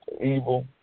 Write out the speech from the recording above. evil